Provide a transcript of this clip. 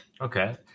Okay